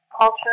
culture